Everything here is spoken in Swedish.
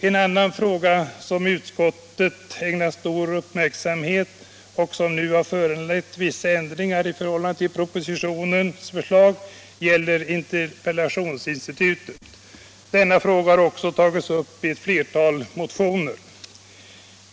En annan fråga, som utskottet här ägnat stor uppmärksamhet och som har föranlett vissa ändringar i förhållande till propositionens förslag, gäller interpellationsinstitutet. Denna fråga har också tagits upp i ett flertal motioner.